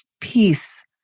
peace